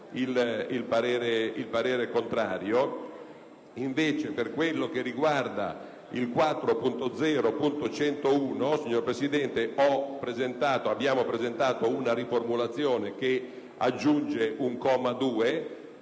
suo parere contrario.